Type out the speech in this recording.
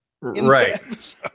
right